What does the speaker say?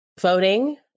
voting